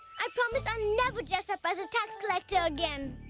i promise i'll never dressup as a tax collecter again.